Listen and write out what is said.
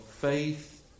faith